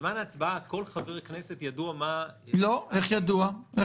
בזמן ההצבעה כל חבר כנסת ידוע מה השיוך שלו לפי הסעיף.